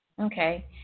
Okay